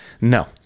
No